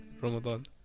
Ramadan